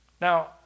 Now